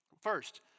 First